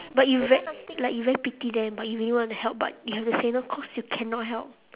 but you very like you very pity them but you really want to help but you have to say no cause you cannot help